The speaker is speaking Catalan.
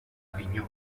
avinyó